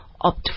opt